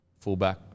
fullback